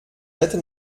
hätte